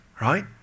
right